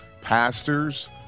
Pastors